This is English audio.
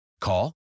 Call